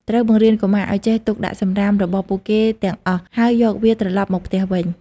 ត្រូវបង្រៀនកុមារឱ្យចេះ ទុកដាក់សំរាម របស់ពួកគេទាំងអស់ ហើយយកវាត្រឡប់មកផ្ទះវិញ។